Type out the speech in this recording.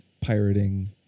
pirating